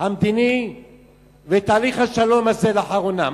המדיני ואת תהליך השלום הזה לאחרונה?